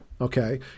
Okay